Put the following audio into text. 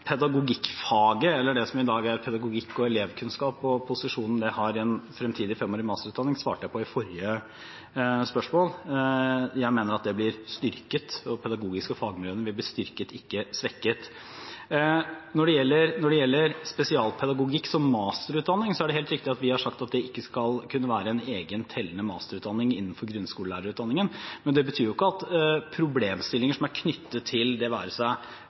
pedagogikkfaget, eller det som i dag heter pedagogikk og elevkunnskap, og posisjonen det har i en fremtidig 5-årig masterutdanning, svarte jeg på i forrige spørsmål. Jeg mener at de pedagogiske fagmiljøene vil bli styrket, og ikke svekket. Når det gjelder spesialpedagogikk som masterutdanning, er det helt riktig at vi har sagt at det ikke skal kunne være en egen, tellende masterutdanning innenfor grunnskolelærerutdanningen, men det betyr jo ikke at problemstillinger som er knyttet til det, være seg